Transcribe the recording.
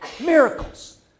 Miracles